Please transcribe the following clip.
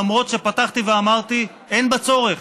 למרות שפתחתי ואמרתי: אין בה צורך.